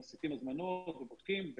מוסיפים הזמנות ובודקים,